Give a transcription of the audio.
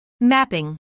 Mapping